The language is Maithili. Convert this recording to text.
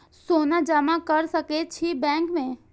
सोना जमा कर सके छी बैंक में?